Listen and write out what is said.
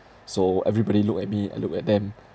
so everybody look at me I look at them